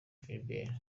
philbert